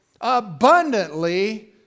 abundantly